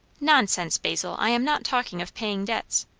nonsense, basil! i am not talking of paying debts.